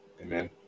Amen